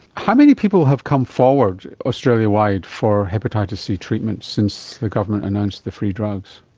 how many people have come forward australia-wide for hepatitis c treatment since the government announced the free drugs?